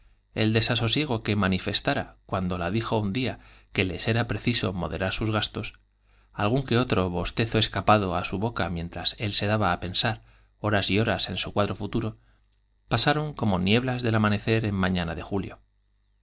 el sus desasosiego que manifestara cuando la dijo un día que les era preciso moderar sus gastos algún que otro bostezo escapado á su boca mientras él se daba á pensar horas y horas en su cuadro futuro pasaro n como nieblas del ama necer en mañana de julio